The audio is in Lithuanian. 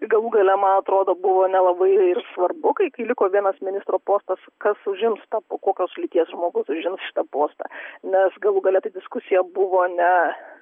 galų gale man atrodo buvo nelabai ir svarbu kai liko vienas ministro postas kas užims tą po kokios lyties žmogus užims šitą postą nes galų gale ta diskusija buvo nee